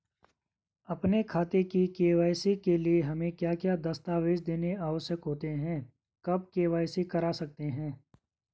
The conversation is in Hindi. अपने खाते की के.वाई.सी के लिए हमें क्या क्या दस्तावेज़ देने आवश्यक होते हैं कब के.वाई.सी करा सकते हैं?